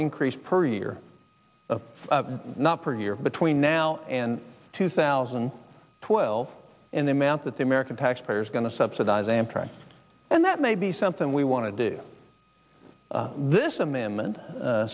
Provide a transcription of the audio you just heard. increase per year not per year between now and two thousand and twelve in the amount that the american taxpayers going to subsidize amtrak and that may be something we want to do this amendment